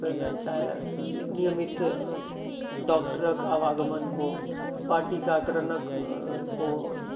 ओहिमे चाहे नियमित डॉक्टरक आवागमन हो वा टीकाकरणक हो